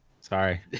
sorry